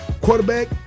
quarterback